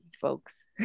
folks